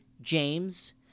James